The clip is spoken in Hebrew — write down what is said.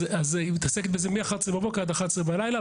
אז היא מתעסקת בזה מ-11:00 בבוקר עד 23:00 בלילה,